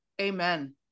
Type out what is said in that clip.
Amen